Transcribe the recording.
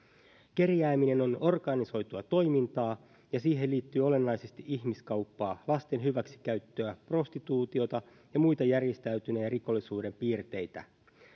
kerjääminen on organisoitua toimintaa ja siihen liittyy olennaisesti ihmiskauppaa lasten hyväksikäyttöä prostituutiota ja muita järjestäytyneen rikollisuuden piirteitä